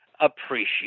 appreciate